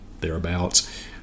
thereabouts